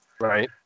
Right